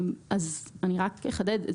אני אחדד.